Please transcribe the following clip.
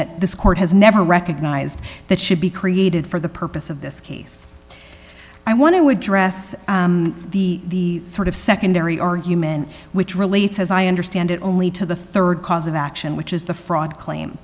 that this court has never recognized that should be created for the purpose of this case i want to address the sort of secondary argument which relates as i understand it only to the rd cause of action which is the fraud claim